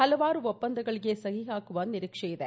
ಹಲವಾರು ಒಪ್ಪಂದಗಳಿಗೆ ಸಹಿ ಹಾಕುವ ನಿರೀಕ್ಷೆ ಇದೆ